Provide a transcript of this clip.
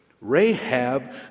Rahab